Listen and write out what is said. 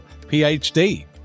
PhD